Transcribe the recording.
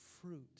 fruit